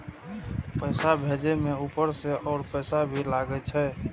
पैसा भेजे में ऊपर से और पैसा भी लगे छै?